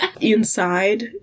Inside